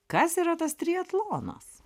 kas yra tas triatlonas